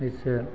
जइसे